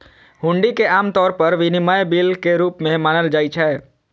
हुंडी कें आम तौर पर विनिमय बिल के रूप मे मानल जाइ छै